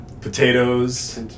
potatoes